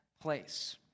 place